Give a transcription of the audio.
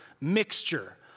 mixture